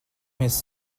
his